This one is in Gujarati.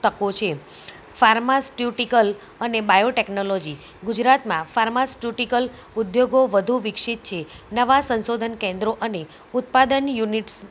તકો છે ફાર્માસ્યુટિકલ અને બાયોટેકનોલોજી ગુજરાતમાં ફાર્માસ્યુટિકલ ઉદ્યોગો વધુ વિકસિત છે નવાં સંશોધન કેન્દ્રો અને ઉત્પાદન યુનિટસ